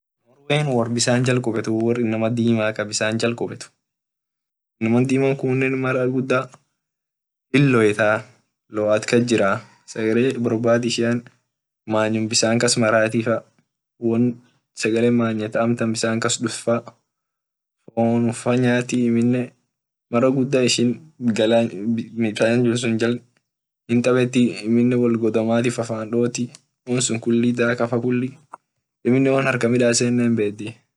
Wor norway wor bisan jal qubet wor inama dima ka bisan jal qubet inamu kune mara guda hinloeataa loat jas jiraa bor bad ishia mara guda bisanum kas maraa won sagale manya ta bisan kas duft faa fonumfaa nyati amine mara guda amine galan jal tabeti wol godomatifa fan doti daka faa amine won harkan midasen hinbedii.